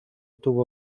tuvo